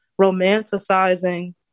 romanticizing